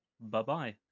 Bye-bye